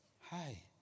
Hi